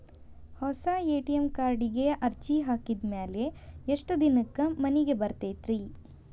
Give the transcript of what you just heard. ಹೊಸಾ ಎ.ಟಿ.ಎಂ ಕಾರ್ಡಿಗೆ ಅರ್ಜಿ ಹಾಕಿದ್ ಮ್ಯಾಲೆ ಎಷ್ಟ ದಿನಕ್ಕ್ ಮನಿಗೆ ಬರತೈತ್ರಿ?